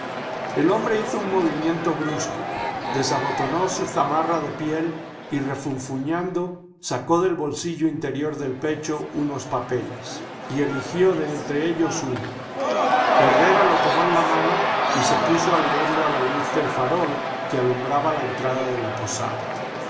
el hombre hizo un movimiento brusco desabotonó su zamarra de piel y refunfuñando sacó del bolsillo interior del pecho unos papeles y eligió de entre ellos uno herrera lo tomó en la mano y se puso a leerlo a la luz del farol que alumbraba la entrada de la posada